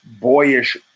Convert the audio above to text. Boyish